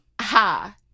ha